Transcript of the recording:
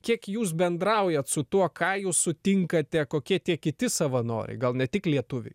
kiek jūs bendraujat su tuo ką jūs sutinkate kokie tie kiti savanoriai gal ne tik lietuviai